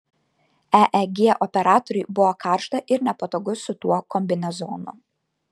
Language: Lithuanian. eeg operatoriui buvo karšta ir nepatogu su tuo kombinezonu